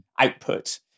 output